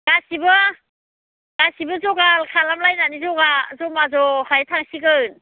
गासिबो गासिबो जगार खालामलायनानै जगा जमा ज' थाहैखासिगोन